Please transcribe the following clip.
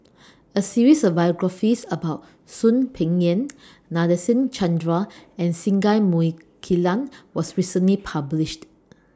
A series of biographies about Soon Peng Yam Nadasen Chandra and Singai Mukilan was recently published